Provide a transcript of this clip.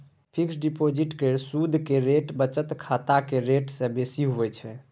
fix deposit केर सुदक rate बचत खाताक रेट सँ बेसी होइ छै